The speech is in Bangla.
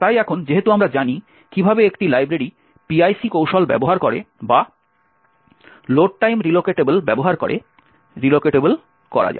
তাই এখন যেহেতু আমরা জানি কিভাবে একটি লাইব্রেরি PIC কৌশল ব্যবহার করে বা লোড টাইম রিলোকেটেবল ব্যবহার করে রিলোকেটেবল করা যায়